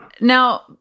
Now